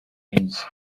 rains